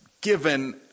given